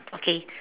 okay